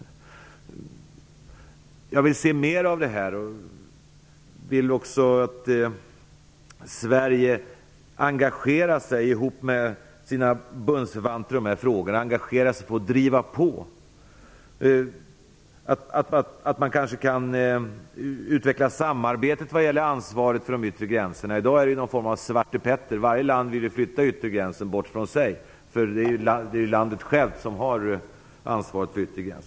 Jag vill se mer av det. Jag vill också att Sverige tillsammans med sina bundsförvanter i de här frågorna engagerar sig för att driva på. Man kanske kan utveckla samarbetet vad gäller ansvaret för de yttre gränserna. I dag är det någon form av Svarte Petter - varje land vill flytta den yttre gränsen bort från sig, eftersom det är landet självt som har ansvaret för den yttre gränsen.